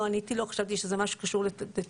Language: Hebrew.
לא עניתי לו, חשבתי שזה משהו שקשור לתשלום